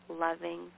loving